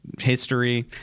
history